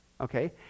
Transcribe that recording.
okay